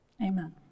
Amen